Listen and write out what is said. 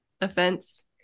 offense